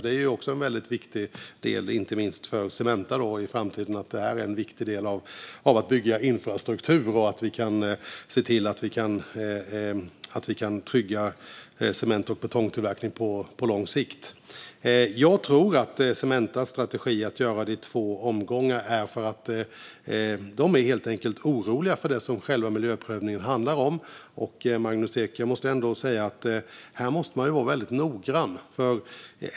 Det är också en viktig del, inte minst för Cementa i framtiden, att bygga infrastruktur och se till att vi kan trygga cement och betongtillverkning på lång sikt. Jag tror att Cementas strategi att göra det i två omgångar är för att de är helt enkelt oroliga för det som själva miljöprövningen handlar om. Här måste man vara noggrann, Magnus Ek.